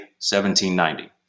1790